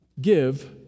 Give